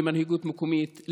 כמנהיגות מקומית,